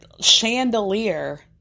chandelier